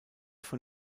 von